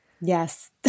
yes